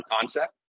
concept